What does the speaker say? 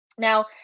Now